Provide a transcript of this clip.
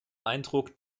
eindruck